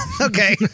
okay